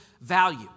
value